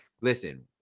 listen